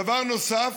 דבר נוסף,